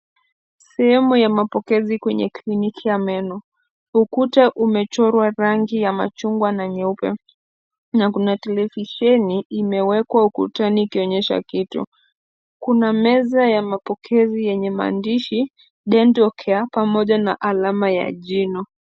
Sehemu ya mapokezi nkwenye kliniki ya dawa ya meno, ukuta umechorwa rangi ya machungwa na nyeupe na kuna televisheni imewekwa ukutani ikionyesha kitu. Kuna meza ya mapokezi yenye maandishi Dental Care pamoja na alama ya jino.